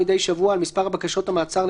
חוק ומשפט מדי שבוע על מספר בקשות המעצר,